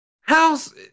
House